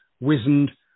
wizened